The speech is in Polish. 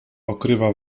okrywa